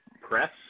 press